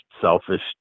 selfish